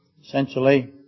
essentially